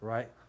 Right